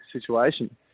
situation